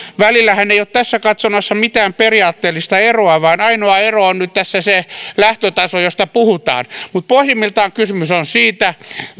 välillähän ei ole tässä katsonnassa mitään periaatteellista eroa vaan ainoa ero on nyt tässä se lähtötaso josta puhutaan mutta pohjimmiltaan kysymys on siitä